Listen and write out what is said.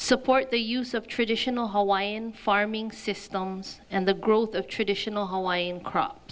support the use of traditional hawaiian farming systems and the growth of traditional hawaiian crop